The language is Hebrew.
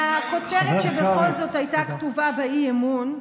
עניינית, לכותרת שבכל זאת הייתה כתובה באי-אמון,